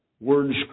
Words